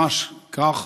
ממש כך,